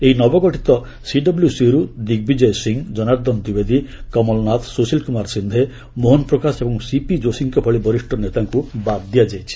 ଏହି ନବଗଠିତ ସିଡବୁସିରୁ ଦିଗ୍ବିଜୟ ସିଂ ଜନାର୍ଦ୍ଦନ ଦ୍ୱିବେଦୀ କମଲନାଥ ସୁଶୀଲ କୁମାର ସିନ୍ଧେ ମୋହନ ପ୍ରକାଶ ଏବଂ ସିପି ଯୋଶୀଙ୍କ ଭଳି ବରିଷ୍ଣ ନେତାଙ୍କୁ ବାଦ୍ ଦିଆଯାଇଛି